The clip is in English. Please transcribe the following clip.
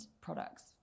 products